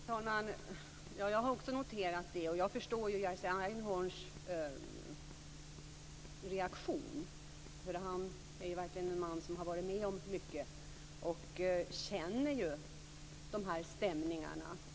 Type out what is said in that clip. Fru talman! Jag har också noterat det. Och jag förstår Jerzy Einhorns reaktion, för han är verkligen en man som har varit med om mycket och som känner de här stämningarna.